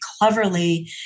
cleverly